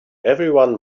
everyone